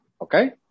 Okay